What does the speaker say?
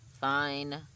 Fine